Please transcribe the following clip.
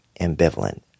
ambivalent